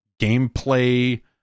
gameplay